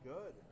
Good